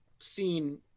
seen